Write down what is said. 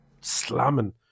slamming